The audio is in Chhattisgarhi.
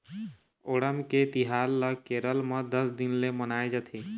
ओणम के तिहार ल केरल म दस दिन ले मनाए जाथे